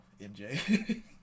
MJ